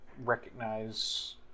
recognize